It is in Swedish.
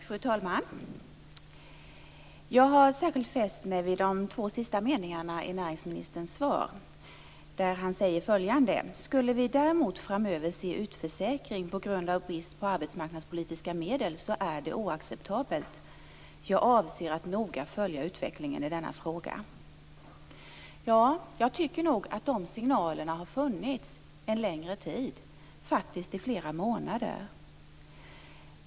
Fru talman! Jag har särskilt fäst mig vid de två sista meningarna i näringsministerns svar. Där säger han följande: "Skulle vi däremot framöver se utförsäkring på grund av brist på arbetsmarknadspolitiska medel så är det oacceptabelt. Jag avser att noga följa utvecklingen i denna fråga." Jag tycker att de signalerna har funnits en längre tid, faktiskt i flera månader.